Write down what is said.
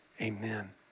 amen